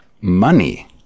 money